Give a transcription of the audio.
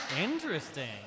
interesting